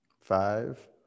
Five